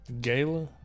Gala